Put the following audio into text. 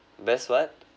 best what